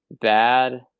bad